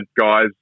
guys